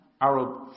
Arab